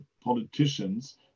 politicians